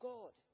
God